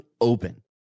open